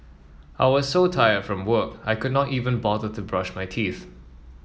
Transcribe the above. I was so tired from work I could not even bother to brush my teeth